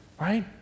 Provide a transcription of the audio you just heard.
right